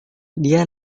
dia